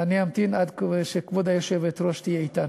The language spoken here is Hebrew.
אני אמתין עד שכבוד היושבת-ראש תהיה אתנו.